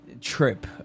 trip